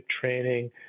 training